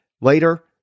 Later